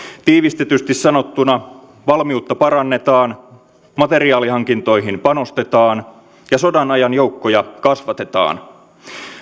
tiivistetysti sanottuna valmiutta parannetaan materiaalihankintoihin panostetaan ja sodanajan joukkoja kasvatetaan